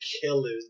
killers